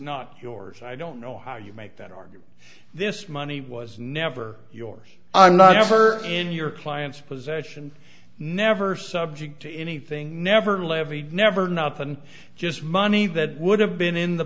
not yours i don't know how you make that argument this money was never yours i'm not ever in your client's possession never subject to anything never levied never not been just money that would have been in the